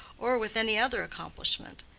or with any other accomplishment.